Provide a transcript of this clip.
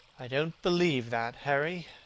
i don't believe that, harry,